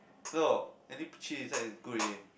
so adding cheese inside is good already eh